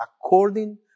according